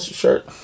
shirt